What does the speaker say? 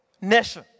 Nation